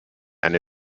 and